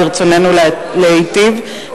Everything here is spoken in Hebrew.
ברצוננו להיטיב,